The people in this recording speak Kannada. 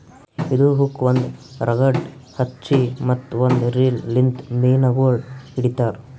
ಇದು ಹುಕ್ ಒಂದ್ ರಾಡಗ್ ಹಚ್ಚಿ ಮತ್ತ ಒಂದ್ ರೀಲ್ ಲಿಂತ್ ಮೀನಗೊಳ್ ಹಿಡಿತಾರ್